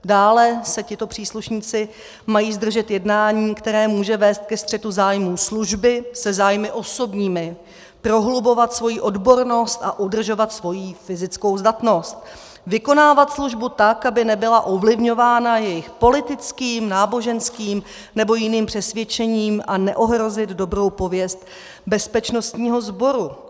Dále se tito příslušnici mají zdržet jednání, které může vést ke střetu zájmů služby se zájmy osobními, prohlubovat svoji odbornost a udržovat svoji fyzickou zdatnost, vykonávat službu tak, aby nebyla ovlivňována jejich politickým, náboženským nebo jiným přesvědčením, a neohrozit dobrou pověst bezpečnostního sboru.